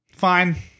fine